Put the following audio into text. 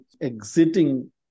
exiting